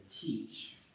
teach